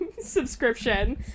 subscription